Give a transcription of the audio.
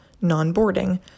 non-boarding